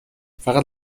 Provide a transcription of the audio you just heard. فقط